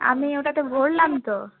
আমি ওটাতে ভরলাম তো